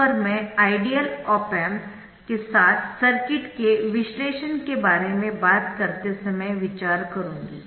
उस पर मैं आइडियल ऑप एम्प्स के साथ सर्किट के विश्लेषण के बारे में बात करते समय विचार करुँगी